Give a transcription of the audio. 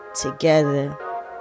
Together